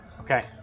Okay